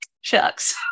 Shucks